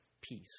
peace